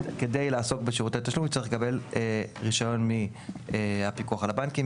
כדי לעסוק בשירותי תשלום הוא יצטרך לקבל רישיון מהפיקוח על הבנקים,